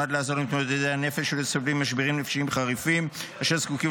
שנועד לעזור למתמודדי הנפש ולסובלים ממשברים נפשיים חריפים אשר זקוקים